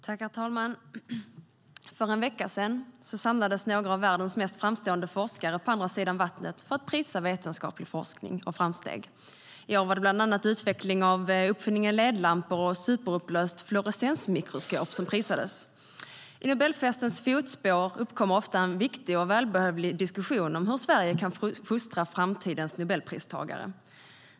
Herr talman! För en vecka sedan samlades några av världens mest framstående forskare på andra sidan vattnet för att prisa vetenskaplig forskning och vetenskapliga framsteg. I år var det bland annat uppfinningen av ledlampor och superupplöst fluorescensmikroskopi som prisades.I Nobelfestens fotspår uppkommer ofta en viktig och välbehövlig diskussion om hur Sverige kan fostra framtidens Nobelpristagare.